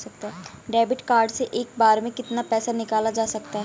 Debit card से एक बार में कितना पैसा निकाला जा सकता है?